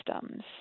systems